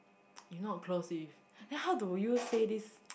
you not close with then how do you say this